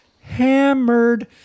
hammered